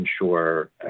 ensure